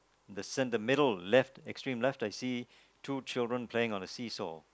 the cen~ the middle left extreme left I see two children playing on the see saw